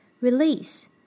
release